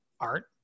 Art